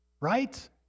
right